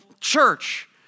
church